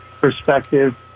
perspective